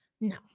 no